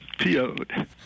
PO'd